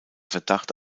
verdacht